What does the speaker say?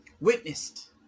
witnessed